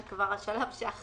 זה כבר השלב שאחרי.